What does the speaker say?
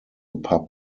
pub